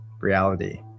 reality